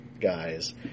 guys